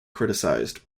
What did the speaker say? criticized